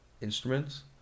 instruments